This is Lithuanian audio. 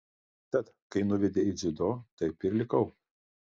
tad kai nuvedė į dziudo taip ir likau